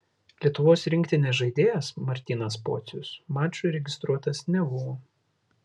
lietuvos rinktinės žaidėjas martynas pocius mačui registruotas nebuvo